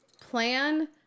plan